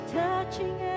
touching